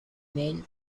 male